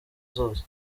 zose